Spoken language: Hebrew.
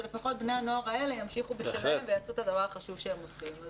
שלפחות בני הנוער האלה ימשיכו בשלהם ויעשו את הדבר החשוב שהם עושים.